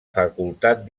facultat